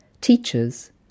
teachers